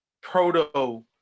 proto